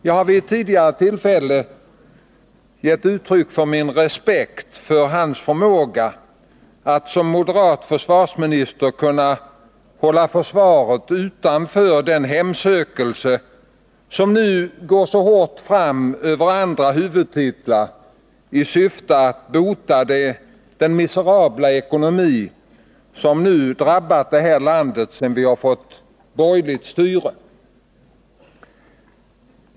Jag har vid ett tidigare tillfälle givit uttryck för min respekt för hans förmåga att som moderat försvarsminister hålla försvaret utanför den hemsökelse som nu så hårt drabbar andra huvudtitlar i syfte att bota den miserabla ekonomi som drabbat landet sedan vi fått borgerligt styre.